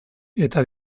eta